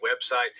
website